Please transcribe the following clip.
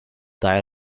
died